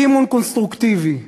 אי-אמון קונסטרוקטיבי,